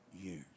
Years